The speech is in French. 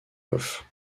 off